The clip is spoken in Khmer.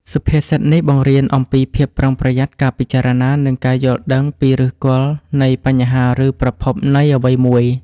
សុភាសិតនេះបង្រៀនអំពីភាពប្រុងប្រយ័ត្ន ការពិចារណា និងការយល់ដឹងពីឫសគល់នៃបញ្ហា ឬប្រភពនៃអ្វីមួយ។